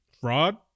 Fraud